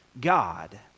God